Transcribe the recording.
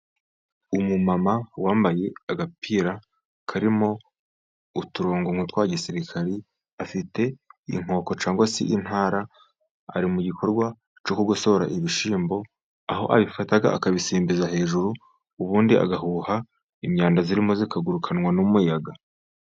Umumama wambaye agapira karimo uturongo nk'utwa gisirikari, afite inkoko cyangwa se intara, ari mu gikorwa cyo gugosora ibishyimbo, aho abifata akabisimbiza hejuru, ubundi agahuha imyanda irimo ikagurukanwa n'umuyaga.